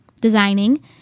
designing